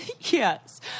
Yes